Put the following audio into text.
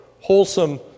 wholesome